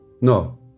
No